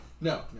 No